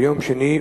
ביום שני,